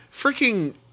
freaking